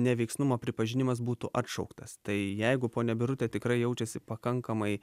neveiksnumo pripažinimas būtų atšauktas tai jeigu ponia birutė tikrai jaučiasi pakankamai